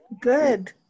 good